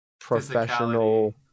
professional